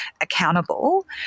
accountable